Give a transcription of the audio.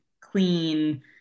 clean